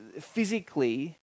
physically